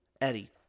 Eddie